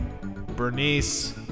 Bernice